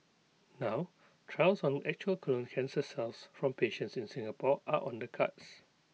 now trials on actual colon cancer cells from patients in Singapore are on the cards